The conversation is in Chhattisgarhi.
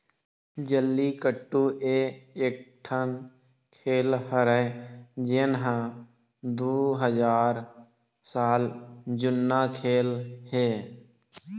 जल्लीकट्टू ए एकठन खेल हरय जेन ह दू हजार साल जुन्ना खेल हे